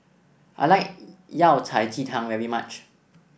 I like Yao Cai Ji Tang very much